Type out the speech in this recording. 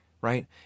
Right